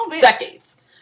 Decades